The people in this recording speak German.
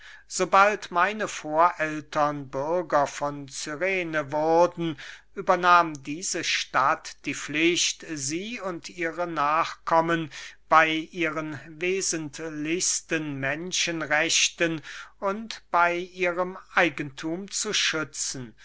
sobald meine vorältern bürger von cyrene wurden übernahm diese stadt die pflicht sie und ihre nachkommen bey ihren wesentlichsten menschenrechten und bey ihrem eigenthum zu schützen